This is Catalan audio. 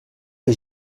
que